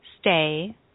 stay